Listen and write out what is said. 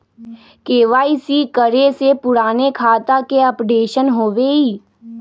KYC करें से पुराने खाता के अपडेशन होवेई?